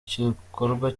gikorwa